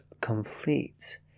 complete